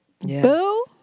Boo